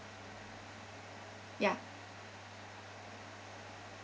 ya